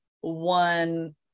one